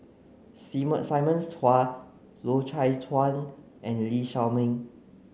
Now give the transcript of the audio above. Simon Chua Loy Chye Chuan and Lee Shao Meng